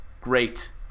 Great